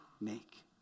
make